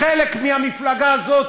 חלק מהמפלגה הזאת,